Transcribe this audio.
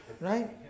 Right